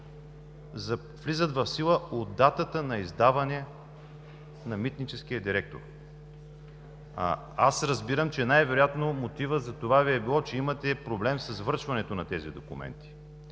влизат в сила от датата на издаване от митническия директор. Аз разбирам, че най-вероятно мотивът за това Ви е бил, че имате проблем с връчването на тези документи.